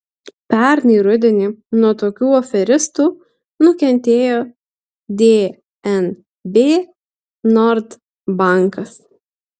pernai rudenį nuo tokių aferistų nukentėjo dnb nord bankas